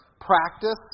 practice